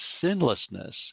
sinlessness